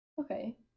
Okay